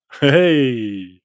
Hey